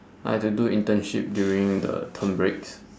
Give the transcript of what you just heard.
I have to do internship during the term breaks